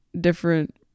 different